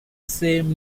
same